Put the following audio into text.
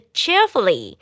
cheerfully